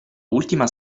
ultima